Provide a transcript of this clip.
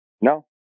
No